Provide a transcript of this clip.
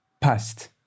Past